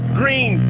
green